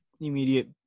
immediate